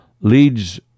leads